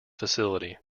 facility